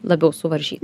labiau suvaržyta